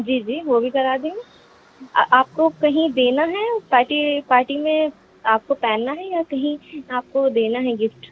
جی جی وہ بھی کرا دیں گے آپ کو کہیں دینا ہے پارٹی پارٹی میں آپ کو پہننا ہے یا کہیں آپ کو دینا ہے گفٹ